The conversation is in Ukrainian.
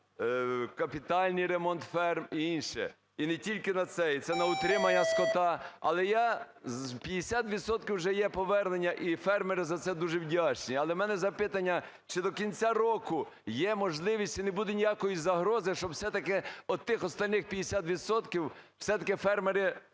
капітальний ремонт ферм і інше. І не тільки на це, і це на утримання скота. Але я… 50 відсотків вже є повернення, і фермери за це дуже вдячні. Але в мене запитання, чи до кінця року є можливість і не буде ніякої загрози, що все-таки від тих остальних 50 відсотків все-таки фермери